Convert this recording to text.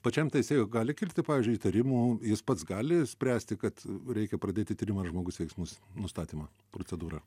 pačiam teisėjui gali kilti pavyzdžiui įtarimų jis pats gali spręsti kad reikia pradėti tyrimą ar žmogus veiksnus nustatymą procedūrą